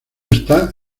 está